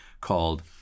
called